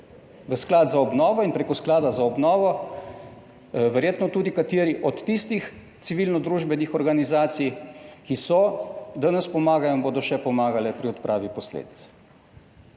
v Sklad za obnovo in preko Sklada za obnovo, verjetno tudi kateri od tistih civilno-družbenih organizacij, ki so, danes pomagajo in bodo še pomagale pri odpravi posledic.